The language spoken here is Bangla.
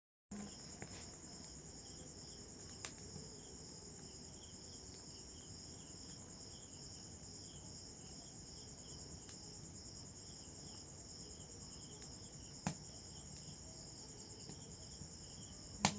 যে বাজার গুলাতে অনেক বেশি টাকার লেনদেন হতিছে